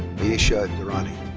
ayesha durrani.